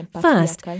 First